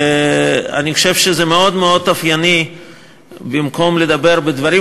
אני חושב שזה מאוד מאוד אופייני שבמקום לדבר בדברים